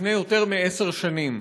לפני יותר מעשר שנים,